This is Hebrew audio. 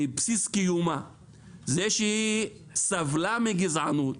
מבסיס קיומה זה שהיא סבלה מגזענות